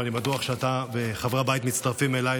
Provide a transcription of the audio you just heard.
ואני בטוח שאתה וחברי הבית מצטרפים אליי,